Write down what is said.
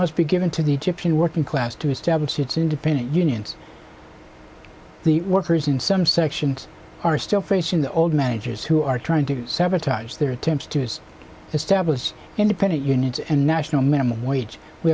must be given to the egyptian working class to establish its independent unions the workers in some sections are still facing the old managers who are trying to sabotage their attempts to use established independent units and national minimum wage we